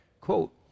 Quote